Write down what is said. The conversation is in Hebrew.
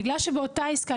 בגלל שבאותה עסקה,